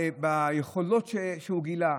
ביכולות שהוא גילה,